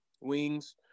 wings